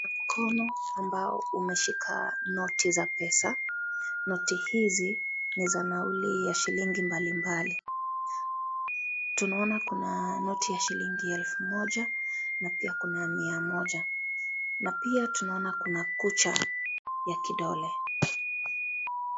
Mkono ambao umeshika noti za pesa, noti hizi ni za nauli ya shilingi mbali mbali. Tunaona Kuna noti ya shilingi elfu moja, na pia kuna ya mia moja, na pia tunaona Kuna kucha ya kidole.